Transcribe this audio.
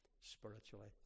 spiritually